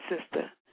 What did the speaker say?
sister